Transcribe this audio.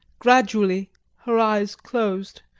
gradually her eyes closed,